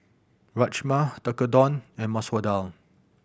Rajma Tekkadon and Masoor Dal